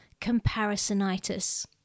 comparisonitis